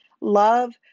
Love